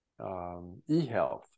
eHealth